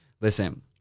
listen